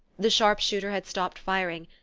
the sharp-shooter had stopped firing,